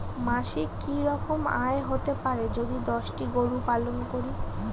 মাসিক কি রকম আয় হতে পারে যদি দশটি গরু পালন করি?